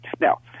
now